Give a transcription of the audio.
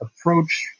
approach